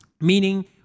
meaning